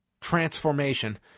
transformation